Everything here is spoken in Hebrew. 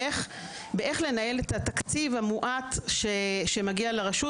באיך לנהל את התקציב המועט שמגיע אל הרשות